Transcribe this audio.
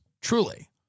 truly